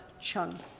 Chung